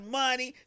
money